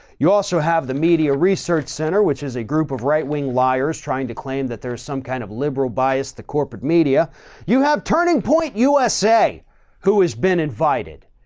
you also have the media research center, which is a group of right wing liars trying to claim that there is some kind of liberal bias. the corporate media you have turning point usa who has been invited.